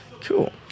Cool